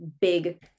big